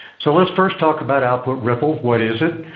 so let's first talk about output ripple. what is it?